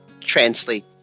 translate